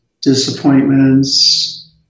disappointments